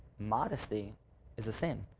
modesty is a sin.